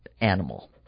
animal